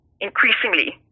increasingly